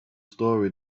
story